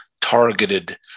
targeted